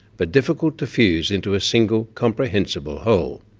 but difficult to fuse into a single comprehensible whole.